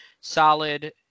Solid